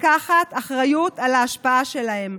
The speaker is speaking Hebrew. לקחת אחריות על ההשפעה שלהם,